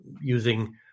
using